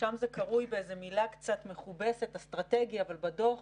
שם זה קרוי באיזו מילה קצת מכובסת אסטרטגיה אבל בדוח,